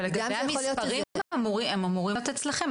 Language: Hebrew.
גם המספרים אמורים להיות אצלכם.